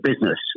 business